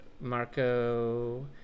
Marco